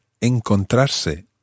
encontrarse